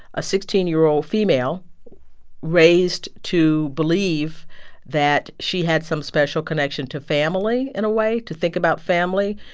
a sixteen year old female raised to believe that she had some special connection to family, in a way, to think about family,